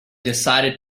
decided